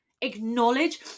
Acknowledge